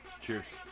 Cheers